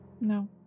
No